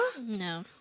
No